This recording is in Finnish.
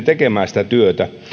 tekemään sitä työtä